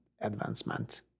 advancement